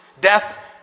Death